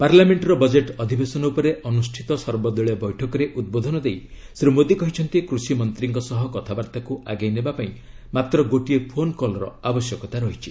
ପାର୍ଲାମେଷ୍ଟ୍ର budget ଅଧିବେଶନ ଉପରେ ଅନୁଷ୍ଠିତ ସର୍ବଦଳୀୟ ବୈଠକରେ ଉଦ୍ବୋଧନ ଦେଇ ଶ୍ରୀ ମୋଦି କହିଛନ୍ତି କୃଷିମନ୍ତ୍ରୀଙ୍କ ସହ କଥାବାର୍ତ୍ତାକୁ ଆଗେଇ ନେବାପାଇଁ ମାତ୍ର ଗୋଟିଏ ଫୋନ୍ କଲ୍ର ଆବଶ୍ୟକତା ରହିଛି